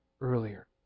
earlier